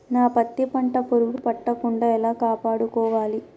నా పత్తి పంట పురుగు పట్టకుండా ఎలా కాపాడుకోవాలి?